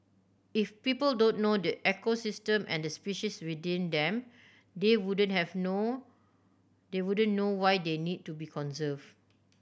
if people don't know the ecosystem and the species within them they wouldn't have know they wouldn't know why they need to be conserved